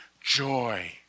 joy